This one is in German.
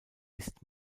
ist